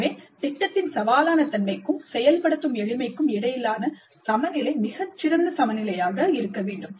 எனவே திட்டத்தின் சவாலான தன்மைக்கும் செயல்படுத்தும் எளிமைக்கும் இடையிலான சமநிலை மிகச் சிறந்த சமநிலையாக இருக்க வேண்டும்